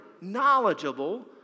knowledgeable